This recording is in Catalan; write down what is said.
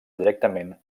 directament